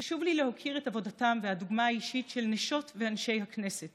חשוב לי להוקיר את עבודתם ואת הדוגמה האישית של נשות ואנשי הכנסת